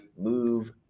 move